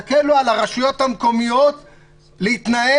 תקלו על הרשויות המקומיות להתנהל,